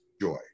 joy